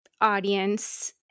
audience